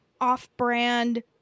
off-brand